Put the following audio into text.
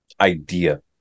idea